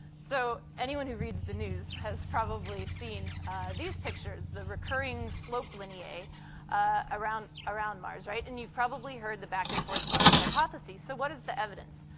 so anyone who reads the news has probably seen these pictures the recurring slope lineae ah around around mars, right? and you've probably heard the back-and-forth about the hypotheses. so what is the evidence?